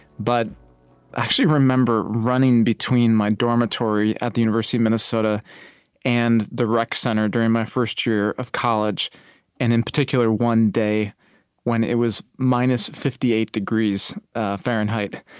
but i actually remember running between my dormitory at the university of minnesota and the rec center during my first year of college and, in particular, one day when it was minus fifty eight degrees fahrenheit.